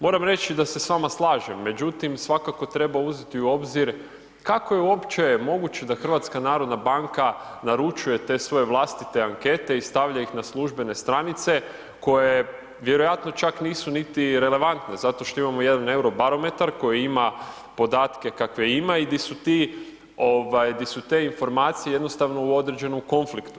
Moram reći da se s vama slažem, međutim svakako treba uzeti u obzir kako je uopće moguće da HNB naručuje te svoje vlastite ankete i stavlja ih na službene stranice koje vjerojatno čak nisu niti relevantne zato što imamo jedan Eurobarometar koji ima podatke kakve ima i di su ti, ovaj di su te informacije jednostavno u određenom konfliktu.